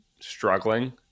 struggling